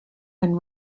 and